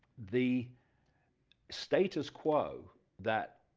the status quo that,